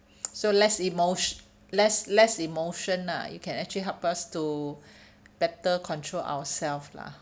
so less emotion less less emotion lah you can actually help us to better control ourselves lah